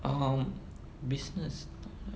um business